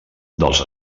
dels